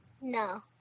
No